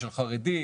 של חרדים,